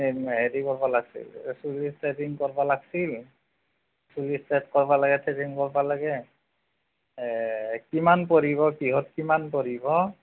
হেৰি কৰিব লাগিছিল এইটো কি থ্ৰেডিং কৰিব লাগিছিল চুলি ষ্ট্ৰেট কৰিব লাগে থ্ৰেডিং কৰিব লাগে কিমান পৰিব কিহত কিমান পৰিব